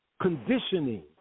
conditioning